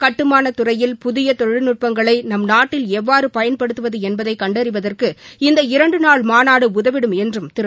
கட்டுமானத்துறையில் புதிய தொழில்நுட்பங்களை பயன்படுத்துவது என்பதை கண்டறிவதற்கு இந்த இரண்டு நாள் மாநாடு உதவிடும் என்றும் திரு